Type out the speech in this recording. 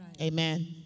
Amen